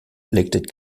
elected